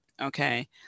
Okay